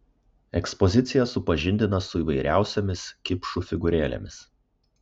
ekspozicija supažindina su įvairiausiomis kipšų figūrėlėmis